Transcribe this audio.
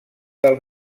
del